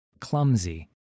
clumsy